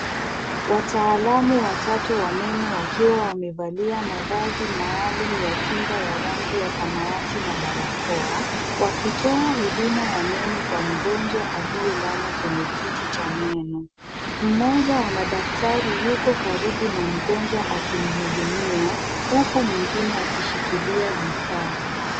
Wataalam watatu wa meno wakiwa wamevalia mavazi maalum ya kinga ya rangi ya samawati na barakoa, wakitoa huduma ya meno kwa mgonjwa aliyelala kwenye kiti cha meno. Mmoja wa madaktari yuko karibu na mgonjwa akimhudumia huku mwingine akishikilia vifaa.